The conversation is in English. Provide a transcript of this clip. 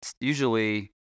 Usually